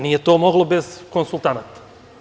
Nije to moglo bez konsultanata.